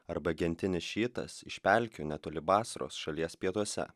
arba gentinis šiitas iš pelkių netoli basros šalies pietuose